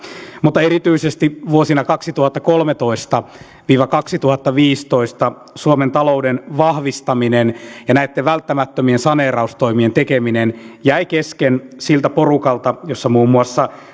mutta erityisesti vuosina kaksituhattakolmetoista viiva kaksituhattaviisitoista suomen talouden vahvistaminen ja näitten välttämättömien saneeraustoimien tekeminen jäi kesken siltä porukalta jossa muun muassa